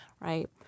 right